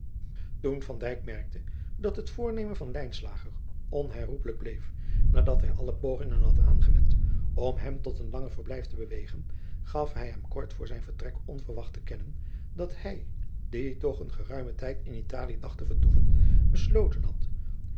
dijk merkte dat het voornemen van lijnslager onherroepelijk bleef nadat hij alle pogingen had aangewend om hem tot een langer verblijf te bewegen gaf hij hem kort voor zijn vertrek onverwacht te kennen dat hij die toch nog een geruimen tijd in italië dacht te vertoeven besloten had